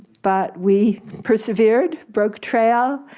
but we persevered, broke trail,